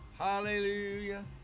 Hallelujah